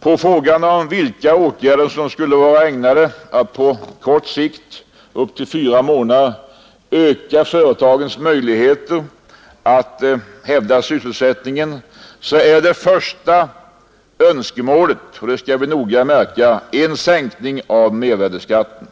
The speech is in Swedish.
På frågan vilka åtgärder som skulle vara ägnade att på kort sikt, upp till fyra månader, öka företagens möjligheter att hävda sysselsättningen är enligt svaren det första önskemålet — och det bör observeras — en sänkning av mervärdeskatten.